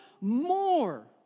more